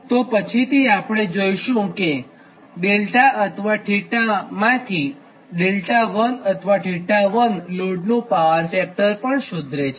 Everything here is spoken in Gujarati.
તો પછીથી આપણે જોઇશું કે 𝛿 અથવા 𝜃 માંથી 𝛿1 અથવા 𝜃1 લોડનું પાવર ફેક્ટર પણ સુધારે છે